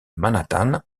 manhattan